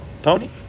Tony